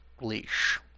leash